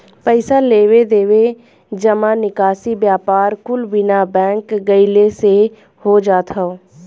पइसा लेवे देवे, जमा निकासी, व्यापार कुल बिना बैंक गइले से हो जात हौ